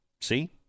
see